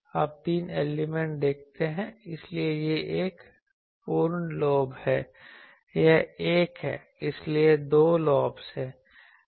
आप तीन एलिमेंट देखते हैं इसलिए यह एक पूर्ण लोब है यह एक है इसलिए दो लॉब्स हैं